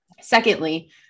Secondly